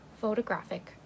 photographic